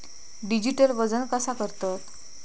Digital वजन कसा करतत?